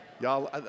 Y'all